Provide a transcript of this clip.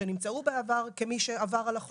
שנמצאו בעבר כמי שעבר על החוק.